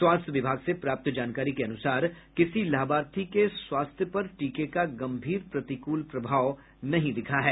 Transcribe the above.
स्वास्थ्य विभाग से प्राप्त जानकारी के अनुसार किसी लाभार्थी के स्वास्थ्य पर टीके का गम्भीर प्रतिकूल प्रभाव नहीं दिखा है